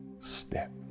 step